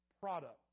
product